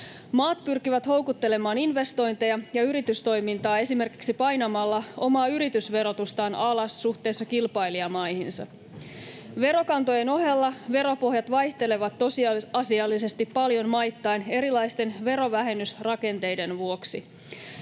Maat pyrkivät houkuttelemaan investointeja ja yritystoimintaa esimerkiksi painamalla omaa yritysverotustaan alas suhteessa kilpailijamaihinsa. Verokantojen ohella veropohjat vaihtelevat tosiasiallisesti paljon maittain erilaisten verovähennysrakenteiden vuoksi.